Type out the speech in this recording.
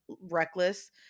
reckless